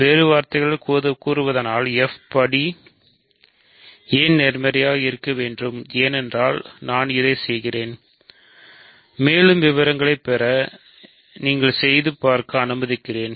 வேறு வார்த்தைகளில் கூறுவதானால் f படி ஏன் நேர்மறையாக இருக்க வேண்டும் ஏனென்றால் நான் இதைச் சொல்கிறேன் மேலும் விவரங்களை பெற நீங்கள் செய்த பார்க்க அனுமதிக்கிறேன்